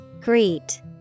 Greet